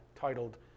titled